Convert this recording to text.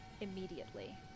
immediately